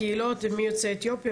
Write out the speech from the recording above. הקהילות הם מיוצאי אתיופיה,